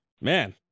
man